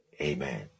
Amen